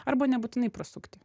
arba nebūtinai prasukti